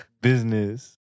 Business